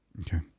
Okay